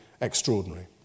extraordinary